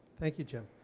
thank you, jim.